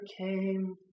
came